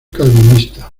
calvinista